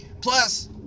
plus